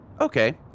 Okay